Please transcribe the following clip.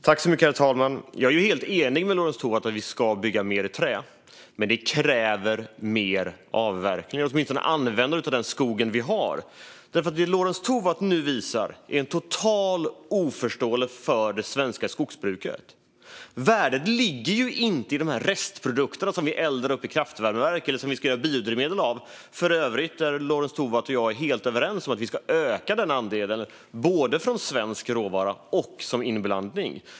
Herr talman! Jag är helt enig med Lorentz Tovatt om att vi ska bygga mer i trä. Men det kräver mer avverkning och att vi använder den skog vi har. Lorentz Tovatt visar en total brist på förståelse för det svenska skogsbruket. Värdet ligger inte i de restprodukter som vi eldar upp i kraftvärmeverk eller som vi ska göra biodrivmedel av, även om Lorentz Tovatt och jag är helt överens om att vi ska öka den andelen både från svensk råvara och som inblandning.